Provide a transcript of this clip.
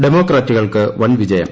ഡെമോക്രാറ്റുകൾക്ക് വൻവിജയം